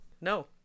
no